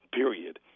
period